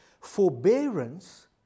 Forbearance